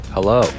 Hello